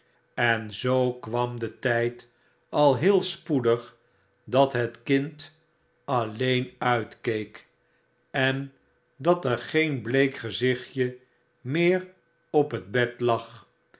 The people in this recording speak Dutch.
en zoo kwam de tyd al heel spoedig dat het kind alleen uitkeek en dat er geen bleek gezichtje meer op het bed lag